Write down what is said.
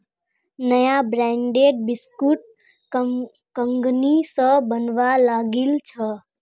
नया ब्रांडेर बिस्कुट कंगनी स बनवा लागिल छ